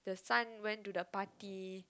the son went to the party